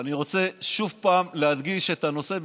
אבל אני רוצה עוד פעם להדגיש את הנושא,